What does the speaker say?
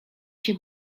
się